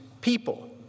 people